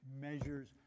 measures